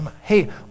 Hey